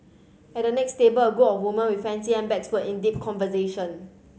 at the next table a group of woman with fancy handbags were in deep conversation